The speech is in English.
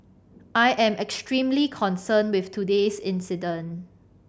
I am extremely concerned with today's incident